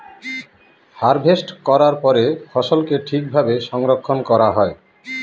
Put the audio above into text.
harvest করার পরে ফসলকে ঠিক ভাবে সংরক্ষন করা হয়